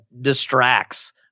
distracts